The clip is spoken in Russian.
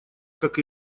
как